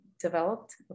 developed